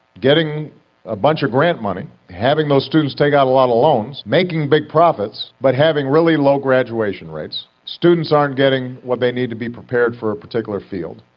getting a bunch of grant money, having those students take out a lot of loans, making big profits, but having really low graduation rates. students aren't getting what they need to be prepared for a particular field.